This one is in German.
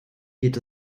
geht